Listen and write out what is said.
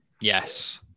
Yes